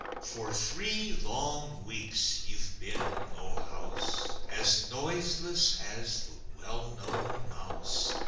for three long weeks you've been, o house, as noiseless as the well-known mouse,